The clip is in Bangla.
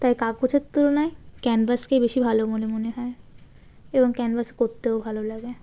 তাই কাগজের তুলনায় ক্যানভাসকেই বেশি ভালো মনে মনে হয় এবং ক্যানভাস করতেও ভালো লাগে